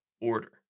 order